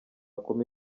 kumi